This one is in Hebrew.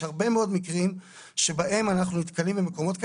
יש הרבה מאוד מקרים שבהם אנחנו נתקלים במקומות כאלה,